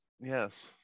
Yes